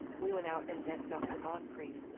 we went out and met dr. moncrieff,